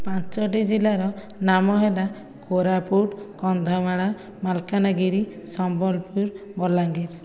ପାଞ୍ଚୋଟି ଜିଲ୍ଲାର ନାମ ହେଲା କୋରାପୁଟ କନ୍ଧମାଳ ମାଲକାନାଗିରି ସମ୍ବଲପୁର ବଲାଙ୍ଗୀର